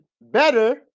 better